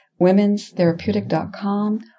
womenstherapeutic.com